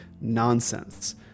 Nonsense